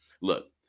Look